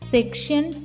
Section